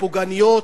הפוגעניות,